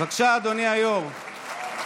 בבקשה, אדוני היושב-ראש.